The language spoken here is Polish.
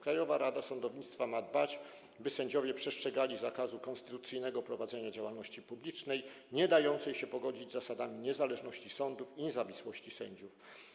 Krajowa Rada Sądownictwa ma dbać, by sędziowie przestrzegali zakazu konstytucyjnego prowadzenia działalności publicznej niedającej się pogodzić z zasadami niezależności sądów i niezawisłości sędziów.